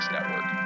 Network